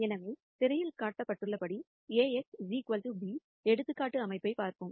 எனவே திரையில் காட்டப்பட்டுள்ளபடி A x b எடுத்துக்காட்டு அமைப்பைப் பார்ப்போம்